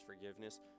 forgiveness